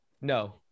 No